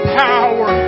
power